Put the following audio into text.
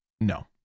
No